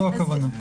זו הכוונה?